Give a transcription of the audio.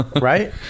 Right